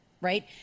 right